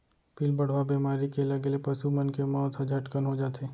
पिलबढ़वा बेमारी के लगे ले पसु मन के मौत ह झटकन हो जाथे